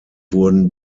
wurden